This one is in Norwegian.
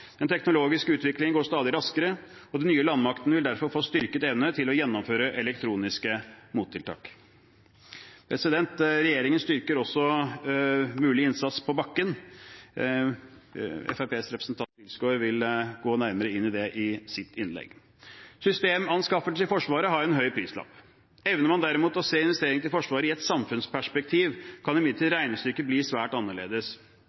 Den teknologiske utviklingen går stadig raskere, og den nye landmakten vil derfor få styrket evne til å gjennomføre elektroniske mottiltak. Regjeringen styrker også mulig innsats på bakken. Fremskrittspartiets representant Wilsgård vil gå nærmere inn på det i sitt innlegg. Systemanskaffelse i Forsvaret har en høy prislapp. Evner man derimot å se investeringene i Forsvaret i et samfunnsperspektiv, kan imidlertid regnestykket bli svært annerledes.